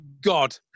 God